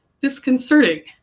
disconcerting